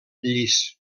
llis